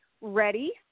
ready